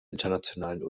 internationalen